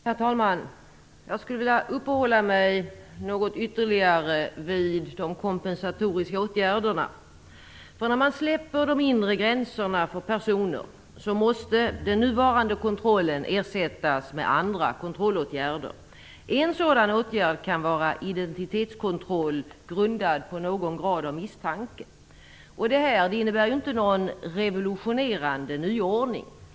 Herr talman! Jag skulle vilja uppehålla mig något ytterligare vid de kompensatoriska åtgärderna. När man släpper de inre gränserna för personer fria måste den nuvarande kontrollen ersättas med andra kontrollåtgärder. En sådan åtgärd kan vara identitetskontroll grundad på någon grad av misstanke. Detta innebär inte någon revolutionerande nyordning.